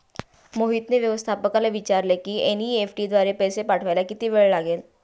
मोहितने व्यवस्थापकाला विचारले की एन.ई.एफ.टी द्वारे पैसे पाठवायला किती वेळ लागेल